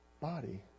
body